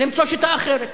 למצוא שיטה אחרת.